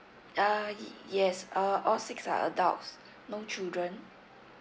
uh yes uh all six are adults no children